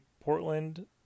Portland